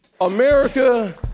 America